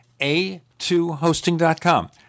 A2hosting.com